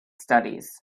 studies